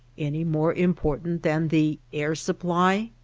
any more important than the air supply?